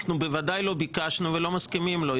אנחנו בוודאי לא ביקשנו ולא מסכימים לו.